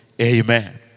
Amen